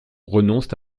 renoncent